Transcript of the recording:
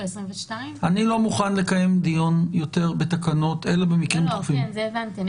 אני לא מוכן לקיים דיון בתקנות אלא במקרים דחופים --- את זה הבנתי.